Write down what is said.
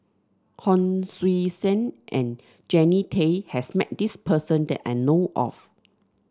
Hon Sui Sen and Jannie Tay has met this person that I know of